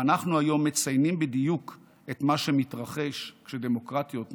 ואנחנו היום מציינים בדיוק את מה שמתרחש כשדמוקרטיות נחלשות.